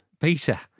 Peter